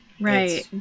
Right